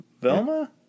Velma